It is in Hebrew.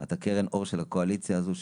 את קרן האור של הקואליציה הזו,